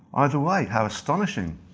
either way how astonishing,